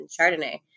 Chardonnay